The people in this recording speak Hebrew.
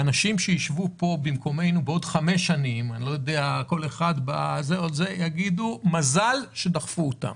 האנשים שישבו פה במקומנו בעוד חמש שנים יגידו: מזל שדחפו אותם.